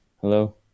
hello